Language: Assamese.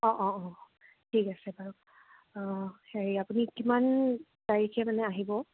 অ' অ' অ' ঠিক আছে বাৰু হেৰি আপুনি কিমান তাৰিখে মানে আহিব